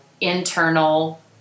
internal